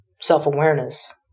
self-awareness